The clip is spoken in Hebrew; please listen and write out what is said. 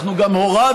אנחנו גם הורדנו